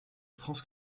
france